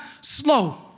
slow